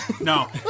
No